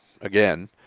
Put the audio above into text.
again